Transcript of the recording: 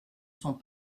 sont